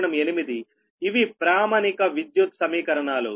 ఇవి ప్రామాణిక విద్యుత్ సమీకరణాలు